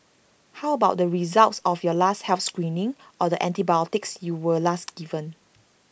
how about the results of your last health screening or the antibiotics you were last given